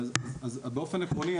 באופן עקרוני,